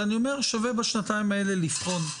אני אומר שבשנתיים האלה שווה לבחון.